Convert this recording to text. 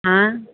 हाँ